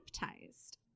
baptized